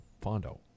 fondo